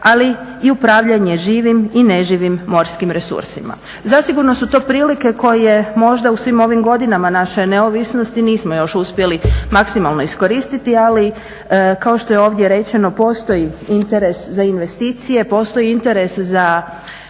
ali i upravljanje živim i neživim morskim resursima. Zasigurno su to prilike koje možda u svim ovim godinama naše neovisnosti nismo još uspjeli maksimalno iskoristiti ali kao što je ovdje rečeno postoji interes za investicije, postoji interes za